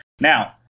Now